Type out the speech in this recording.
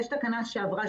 יש תקנה שעברה,